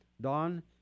Don